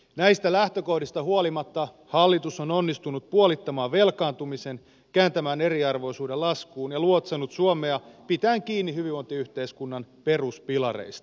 näistä lähtökohdista huolimatta hallitus on onnistunut puolittamaan velkaantumisen ja kääntämään eriarvoisuuden laskuun ja luotsannut suomea pitäen kiinni hyvinvointiyhteiskunnan peruspilareista